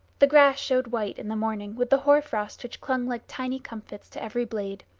the grass showed white in the morning with the hoar-frost which clung like tiny comfits to every blade.